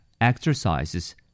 Exercises